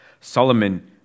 Solomon